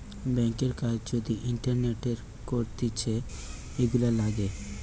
ব্যাংকের কাজ যদি ইন্টারনেটে করতিছে, এগুলা লাগে